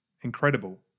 incredible